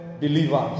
believers